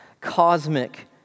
cosmic